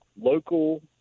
local